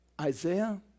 Isaiah